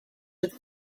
with